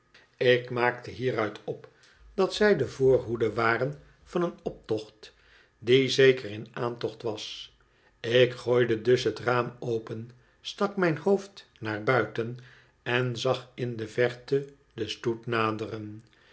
ik maakte hieruit op dat zij de voorhoede waren van een optocht die zeker in aantocht was ik gooide dus het raam open stak mijn hoofd naar buiten en zag in de verte den stoet